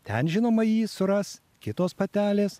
ten žinoma jį suras kitos patelės